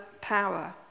power